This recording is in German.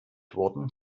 wurden